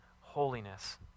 holiness